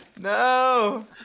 No